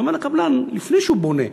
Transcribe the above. הוא אומר לקבלן לפני שהוא בונה: